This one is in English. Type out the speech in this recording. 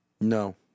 No